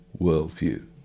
worldview